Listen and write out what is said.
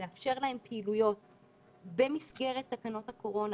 לאפשר להם פעילויות במסגרת תקנות הקורונה,